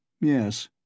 Yes